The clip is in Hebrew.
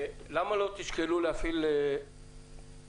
למה לא תשקלו להפעיל טכנולוגיות?